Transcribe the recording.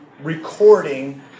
recording